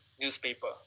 newspaper